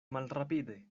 malrapide